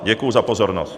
Děkuji za pozornost.